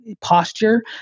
posture